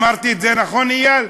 אמרתי את זה נכון, איל?